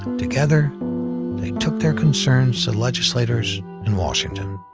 together, they took their concerns to legislators in washington,